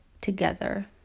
together